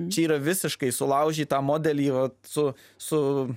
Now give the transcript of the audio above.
čia yra visiškai sulaužyt tą modelį vat su su